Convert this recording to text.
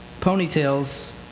ponytails